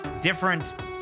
different